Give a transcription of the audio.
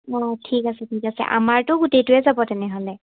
অঁ ঠিক আছে ঠিক আছে আমাৰতো গোটেইটোৱে যাব তেনেহ'লে